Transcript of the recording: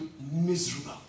miserable